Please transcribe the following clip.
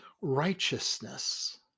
righteousness